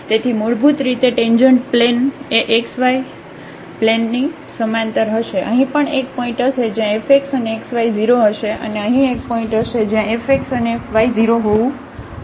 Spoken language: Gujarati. તેથી મૂળભૂત રીતે ટેન્જન્ટ પ્લેન પ્લેન એ XY પ્લેનની સમાંતર હશે અહીં પણ એક પોઇન્ટ હશે જ્યાં fx અને fy 0 હશે અને અહીં એક પોઇન્ટ હશે જ્યાં fx અને fy 0 હોવું જોઈશે